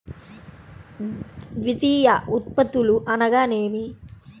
ద్వితీయ ఉత్పత్తులు అనగా నేమి?